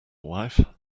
wife